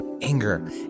anger